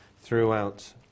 throughout